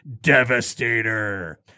Devastator